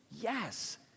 yes